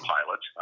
Pilot